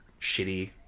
shitty